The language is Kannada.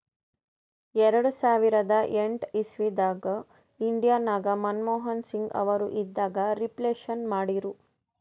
ಎರಡು ಸಾವಿರದ ಎಂಟ್ ಇಸವಿದಾಗ್ ಇಂಡಿಯಾ ನಾಗ್ ಮನಮೋಹನ್ ಸಿಂಗ್ ಅವರು ಇದ್ದಾಗ ರಿಫ್ಲೇಷನ್ ಮಾಡಿರು